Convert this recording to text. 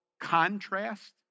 contrast